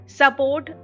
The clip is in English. support